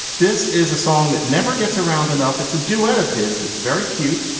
this is a song that never gets around enough it's a duet of his that's very cute.